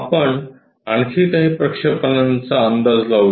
आपण आणखी काही प्रक्षेपणांचा अंदाज लावू या